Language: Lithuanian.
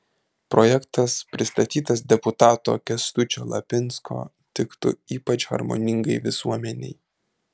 projektas pristatytas deputato kęstučio lapinsko tiktų ypač harmoningai visuomenei